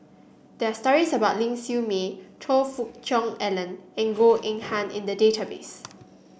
there are stories about Ling Siew May Choe Fook Cheong Alan and Goh Eng Han in the database